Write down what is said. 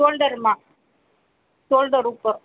સોલ્ડરમાં solder ઉપર